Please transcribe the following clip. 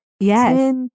Yes